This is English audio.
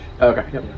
Okay